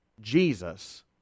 jesus